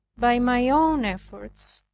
by my own efforts,